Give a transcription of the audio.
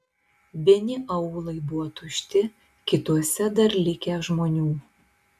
vieni aūlai buvo tušti kituose dar likę žmonių